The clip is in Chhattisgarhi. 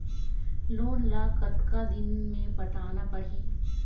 लोन ला कतका दिन मे पटाना पड़ही?